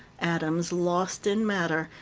atoms lost in matter,